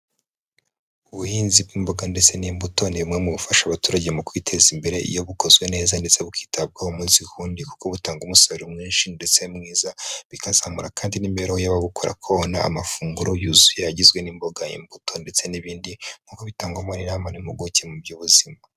Ubuhinzi bw'imboga ndetse n'imbuto ni bumwe mu bufasha abaturage mu kwiteza imbere iyo bukozwe neza ndetse bukitabwaho umunsi ku wundi kuko butanga umusaruro mwinshi ndetse mwiza, bikazamura kandi n'imibereho y'ababukora kuko babona amafunguro yuzuye, agizwe n'imboga, imbuto, ndetse n'ibindi, nk'uko bitangwamo n'inama n'impuguke mu by'ubuzima.